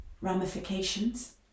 ramifications